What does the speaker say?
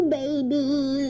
baby